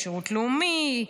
בשירות לאומי,